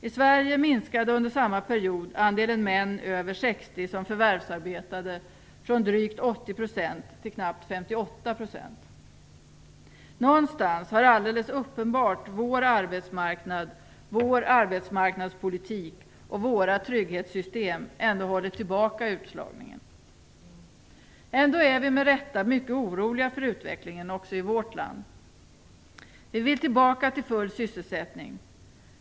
I Sverige minskade under samma period andelen män över 60 som förvärvsarbetade från drygt Någonstans har alldeles uppenbart vår arbetsmarknad, vår arbetsmarknadspolitik och våra trygghetssystem ändå hållit tillbaka utslagningen. Ändå är vi med rätta mycket oroliga för utvecklingen också i vårt land. Vi vill tillbaka till full sysselsättning.